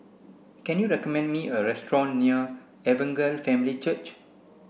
can you recommend me a restaurant near Evangel Family Church